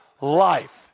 life